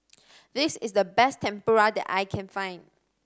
this is the best Tempura that I can find